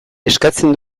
eskatzen